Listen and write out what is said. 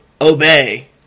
Obey